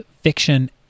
fiction